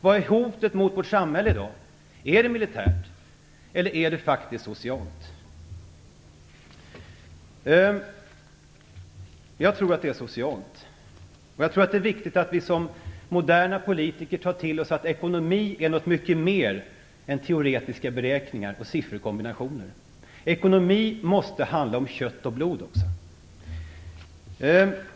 Vad är hotet mot vårt samhälle i dag? Är det militärt eller är det socialt? Jag tror att hotet är socialt. Jag tror att det är viktigt att vi som moderna politiker tar till oss att ekonomi är något mycket mer än teoretiska beräkningar och sifferkombinationer. Ekonomi måste också handla om kött och blod.